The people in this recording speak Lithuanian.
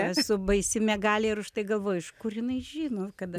esu baisi miegalė ir už tai galvoju iš kur jinai žino kad